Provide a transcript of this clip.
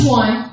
one